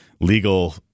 legal